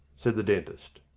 said the dentist.